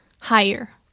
higher